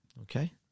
okay